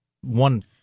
one